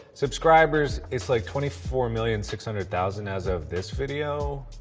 subscribers, it's like twenty four million six hundred thousand as of this video.